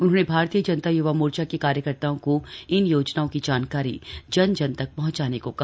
उन्होंने भारतीय जनता य्वा मोर्चा के कार्यकर्ताओं को इन योजनाओं की जानकारी जन जन तक पहंचाने को कहा